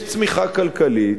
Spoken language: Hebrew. יש צמיחה כלכלית,